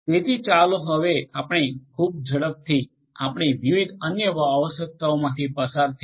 તેથી ચાલો હવે આપણે ખૂબ જ ઝડપથી આપણે વિવિધ અન્ય આવશ્યકતાઓમાંથી પસાર થઈએ